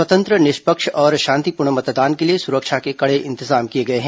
स्वतंत्र निष्पक्ष और शांतिपूर्ण मतदान के लिए सुरक्षा के कड़े इंतजाम किए गए हैं